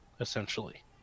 essentially